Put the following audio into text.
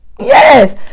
Yes